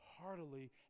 heartily